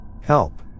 Help